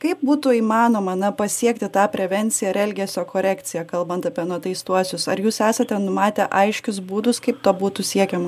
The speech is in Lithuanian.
kaip būtų įmanoma na pasiekti tą prevenciją ir elgesio korekciją kalbant apie nuteistuosius ar jūs esate numatę aiškius būdus kaip to būtų siekiama